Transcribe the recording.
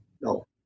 No